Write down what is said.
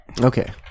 Okay